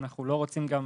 ואנחנו לא רוצים גם,